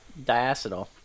diacetyl